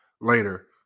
later